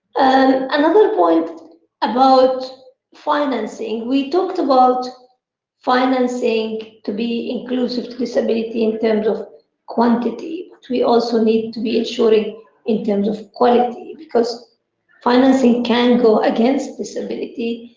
ah another point about financing. we talked about financing to be inclusive to disability in terms of quantity, but we also need to be assuring are in terms of quality. because financing can go against disability.